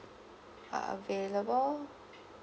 are available